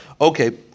Okay